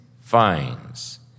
finds